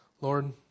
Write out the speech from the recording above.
Lord